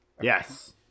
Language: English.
Yes